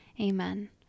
Amen